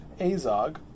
Azog